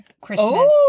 Christmas